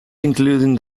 including